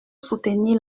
soutenir